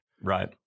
Right